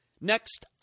Next